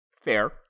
fair